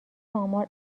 آمار